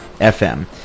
FM